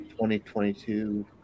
2022